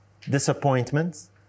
disappointments